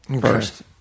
First